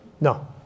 No